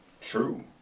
true